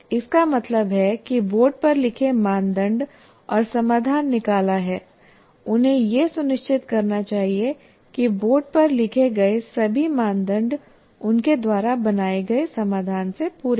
इसका मतलब है कि बोर्ड पर लिखे मानदंड और समाधान निकाला है उन्हें यह सुनिश्चित करना चाहिए कि बोर्ड पर लिखे गए सभी मानदंड उनके द्वारा बनाए गए समाधान से पूरे हों